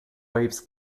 waves